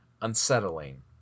unsettling